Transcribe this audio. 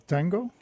Tango